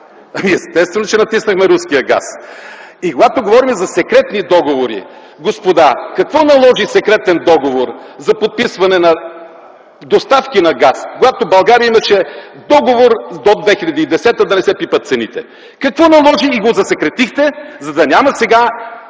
Естествено, че натиснахме руския газ. Когато говорим за секретни договори, господа, то какво наложи секретен договор за подписване на доставки на газ, когато България имаше договор до 2010 г. да не се пипат цените?! Какво наложи и го засекретихте?! За да няма сега